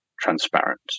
transparent